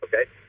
Okay